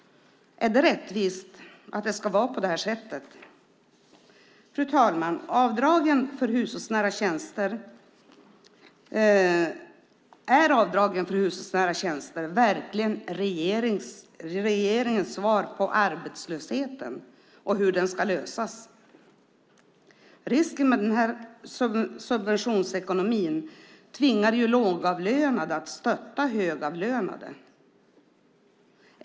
Är det rättvist att det ska vara på det här sättet? Fru talman! Är avdragen för hushållsnära tjänster verkligen regeringens svar på hur arbetslösheten ska lösas? Subventionsekonomin tvingar ju lågavlönade att stötta högavlönade.